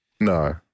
No